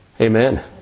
Amen